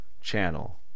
channel